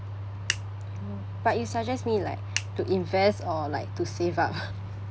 mm but you suggest me like to invest or to save up